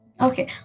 Okay